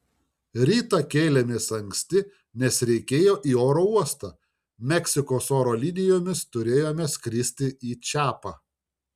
rytą kėlėmės anksti nes reikėjo į oro uostą meksikos oro linijomis turėjome skristi į čiapą